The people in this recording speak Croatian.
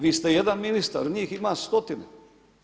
Vi ste jedan ministar, njih ima stotine.